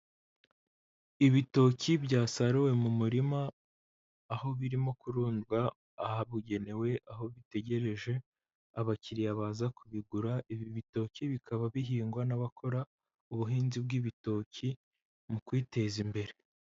Ibitoki byasaruwe mu murima. Aho birimo kurundwa, ahabugenewe. Aho bitegereje, abakiriya baza kubigura. Ibi bitoki bikaba bihingwa n'abakora ubuhinzi bw'ibitoki, mu kwiteza imbere.